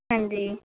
ਹਾਂਜੀ